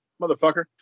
motherfucker